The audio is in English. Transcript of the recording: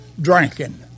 drinking